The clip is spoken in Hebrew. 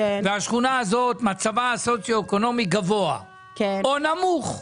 והשכונה הזאת מצב הסוציואקונומי גבוה או נמוך.